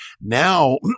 Now